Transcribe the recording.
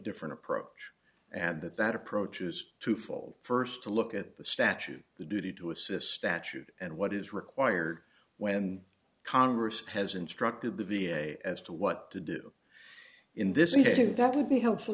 different approach and that that approach is twofold first to look at the statute the duty to assess statute and what is required when congress has instructed the v a as to what to do in this issue that would be helpful